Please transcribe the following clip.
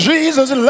Jesus